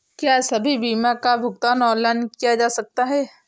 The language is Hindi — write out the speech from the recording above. क्या सभी बीमा का भुगतान ऑनलाइन किया जा सकता है?